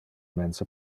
mense